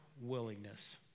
willingness